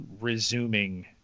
resuming